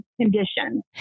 condition